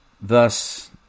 thus